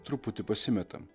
truputį pasimetam